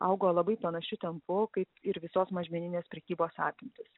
augo labai panašiu tempu kaip ir visos mažmeninės prekybos apimtys